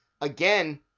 again